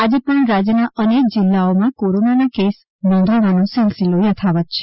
આજે પણ રાજ્યના અનેક જિલ્લાઓમાં કોરોનાના કેસો નોંધાવાનો સિલસિલો યથાવત છે